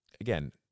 again